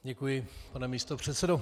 Děkuji, pane místopředsedo.